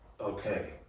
okay